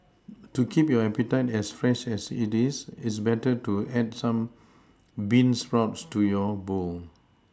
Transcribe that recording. to keep your appetite as fresh as it is it's better to add some bean sprouts to your bowl